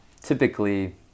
typically